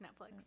netflix